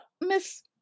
Miss